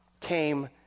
came